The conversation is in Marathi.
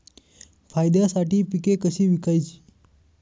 फायद्यासाठी पिके कशी विकायची?